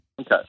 Okay